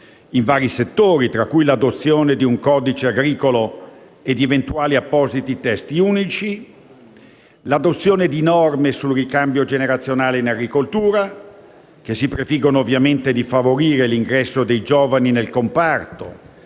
in vari settori, tra cui l'adozione di un codice agricolo e di eventuali appositi testi unici, e l'adozione di norme sul ricambio generazionale in agricoltura, che ovviamente si prefiggono di favorire l'ingresso dei giovani nel comparto